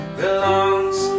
belongs